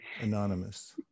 anonymous